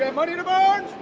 money to burn